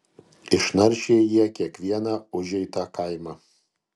išnaršė jie kiekvieną užeitą kaimą